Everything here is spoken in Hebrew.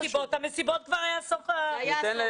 המסיבות כבר היו בסוף השנה.